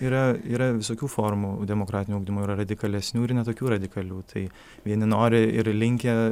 yra yra visokių formų demokratinio ugdymo yra radikalesnių ir ne tokių radikalių tai vieni nori ir linkę